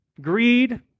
greed